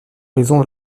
raison